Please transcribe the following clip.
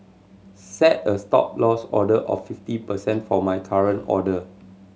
set a Stop Loss order of fifty percent for my current order